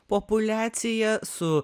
populiacija su